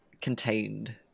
contained